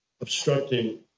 obstructing